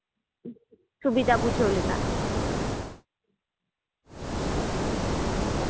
ᱥᱩᱵᱤᱫᱷᱟ ᱵᱩᱡᱷᱟᱹᱣ ᱞᱮᱠᱟ